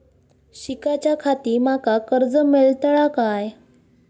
शिकाच्याखाती माका कर्ज मेलतळा काय?